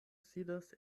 sidas